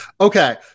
Okay